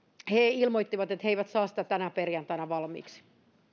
ilmoitti että he eivät saa sitä tänä perjantaina valmiiksi